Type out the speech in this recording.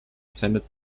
senate